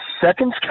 seconds